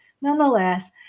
nonetheless